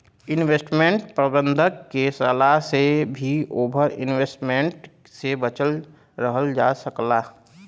investment प्रबंधक के सलाह से भी ओवर इन्वेस्टमेंट से बचल रहल जा सकला